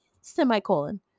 Semicolon